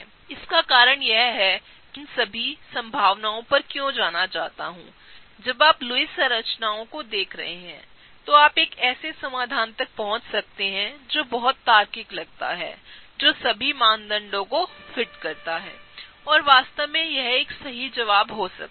इसका कारण यह है कि मैं इन सभी संभावनाओं पर क्यों जाना चाहता हूं जब आप लुईस संरचनाओं को देख रहे हैं तो आप एक ऐसे समाधान तक पहुंच सकते हैं जो बहुत तार्किक लगता है जो सभी मानदंडों को फिट करता है और वास्तव में यह एक सही जवाब हो सकता है